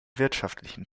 wirtschaftlichen